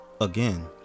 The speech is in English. Again